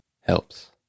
helps